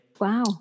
Wow